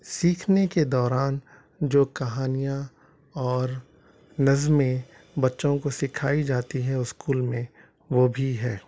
سیکھنے کے دوران جو کہانیاں اور نظمیں بچوں کو سکھائی جاتی ہیں اسکول میں وہ بھی ہے